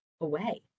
away